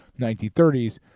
1930s